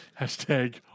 Hashtag